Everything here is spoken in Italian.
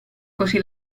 così